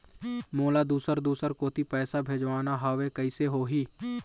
मोला दुसर दूसर कोती पैसा भेजवाना हवे, कइसे होही?